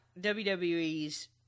WWE's